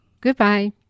goodbye